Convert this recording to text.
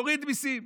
תוריד מיסים,